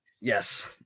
Yes